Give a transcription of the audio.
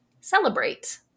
celebrate